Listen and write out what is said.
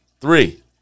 Three